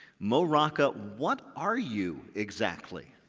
mo rocca, what are you exactly?